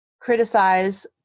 criticize